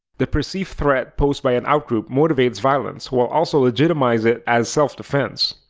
the perceived threat posed by an outgroup motivates violence while also legitimize it as self-defense.